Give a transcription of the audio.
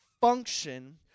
function